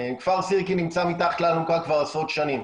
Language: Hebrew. כפר סירקין נמצא מתחת לאלונקה כבר עשרות שנים,